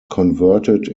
converted